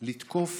לתקוף